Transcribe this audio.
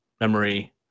memory